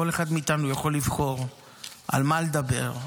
כל אחד מאיתנו יכול לבחור על מה לדבר,